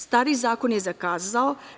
Stari zakon je zakazao.